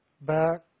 back